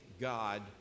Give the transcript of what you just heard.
God